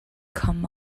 come